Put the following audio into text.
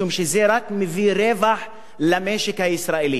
משום שזה רק מביא רווח למשק הישראלי.